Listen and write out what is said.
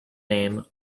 name